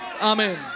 Amen